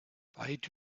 weit